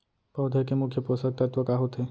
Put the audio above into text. पौधे के मुख्य पोसक तत्व का होथे?